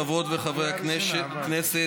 חברות וחברי הכנסת,